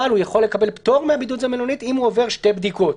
אבל הוא יכול לקבל פטור מהבידוד במלונית אם הוא עובר שתי בדיקות,